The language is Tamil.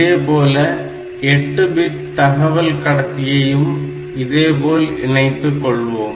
இதேபோல 8 பிட் தகவல் கடத்தியையும் இதேபோல் இணைத்துக் கொள்வோம்